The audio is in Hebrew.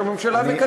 שהממשלה מקדמת.